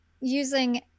using